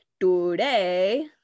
today